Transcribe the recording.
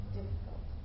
difficult